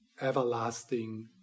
everlasting